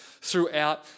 throughout